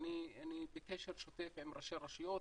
ואני בקשר שוטף עם ראשי הרשויות,